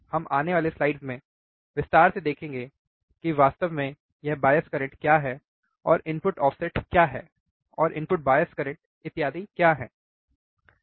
हम आने वाले में विस्तार से देखेंगे कि वास्तव में यह बायस करंट क्या है और इनपुट ऑफसेट क्या हैं और इनपुट बायस करंट इत्यादि क्या हैं